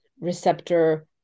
receptor